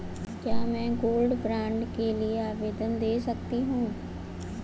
क्या मैं gold bond के लिए आवेदन दे सकती हूँ?